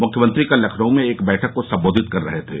मुख्यमंत्री कल लखनऊ में एक बैठक को संबोधित कर रहे थे